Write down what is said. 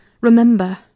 Remember